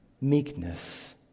meekness